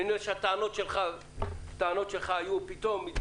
ואם אני רואה שפתאום הטענות שלך הן מוצדקות,